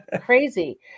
crazy